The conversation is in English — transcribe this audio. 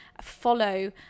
follow